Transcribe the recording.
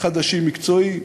חדשים מקצועיים,